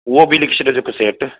उहो बि लिखी छॾिजो हिकु सैट